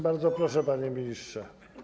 Bardzo proszę, panie ministrze.